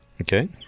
Okay